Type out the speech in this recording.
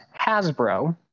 Hasbro